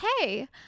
Hey